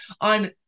on